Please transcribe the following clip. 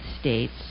States